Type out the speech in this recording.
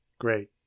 Great